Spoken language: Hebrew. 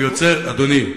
ויוצר ------ אדוני,